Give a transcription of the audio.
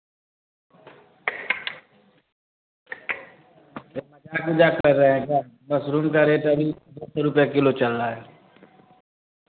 sir मज़ाक वजाक कर रहे हैं क्या मशरूम का रेट अभी दो सौ रुपये किलो चल रहा है